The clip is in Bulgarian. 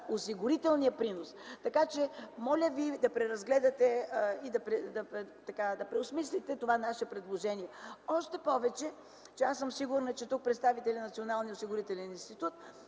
осигурителния принос. Моля ви да преразгледате и да преосмислите това наше предложение, още повече, аз съм сигурна, че тук представителите на Националния осигурителен институт